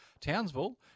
Townsville